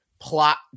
plot